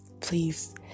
please